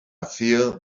feel